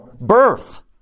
Birth